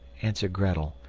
answered grettel,